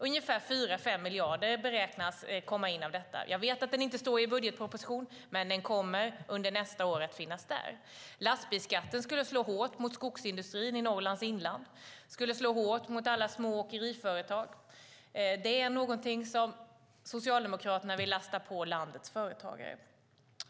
Ungefär 4-5 miljarder beräknas komma in av denna. Jag vet att den inte finns med i er budgetmotion, men den kommer under nästa år att finnas där. Lastbilsskatten skulle slå hårt mot skogsindustrin i Norrlands inland. Den skulle slå hårt mot alla små åkeriföretag. Det är något som Socialdemokraterna vill lasta på landets företagare.